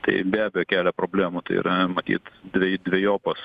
tai be abejo kelia problemų tai yra matyt dveji dvejopas